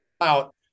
out